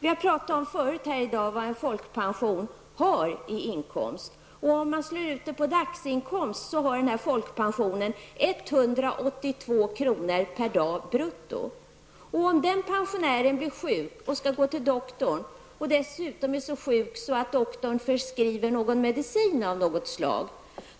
Vi har förut här i dag pratat om vad en folkpensionär har i inkomst. En folkpensionär har för närvarande 182 kr. per dag brutto. Om en sådan pensionär blir sjuk och skall gå till doktorn och dessutom är så sjuk att doktorn förskriver medicin av något slag,